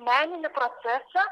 meninį procesą